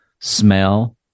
smell